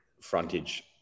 frontage